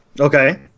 Okay